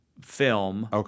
film